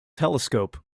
telescope